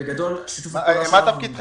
בגדול, שיתוף הפעולה שלנו --- מה תפקידך?